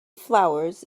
flowers